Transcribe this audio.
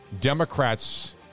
Democrats